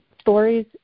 stories